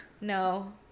No